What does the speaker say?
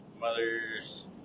Mothers